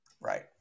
Right